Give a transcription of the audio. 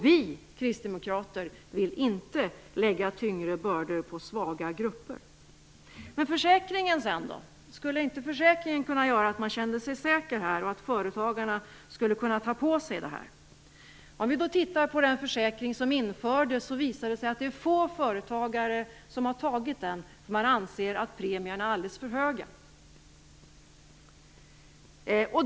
Vi kristdemokrater vill inte lägga tyngre bördor på svaga grupper. Men skulle inte försäkringen kunna göra att man känner sig säker? Skulle inte företagarna kunna ta på sig kostnaden? Det har visat sig att få företagare har tecknat sig för den försäkring som infördes. Man anser att premierna är alldeles för höga.